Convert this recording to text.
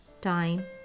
time